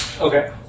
Okay